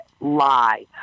lie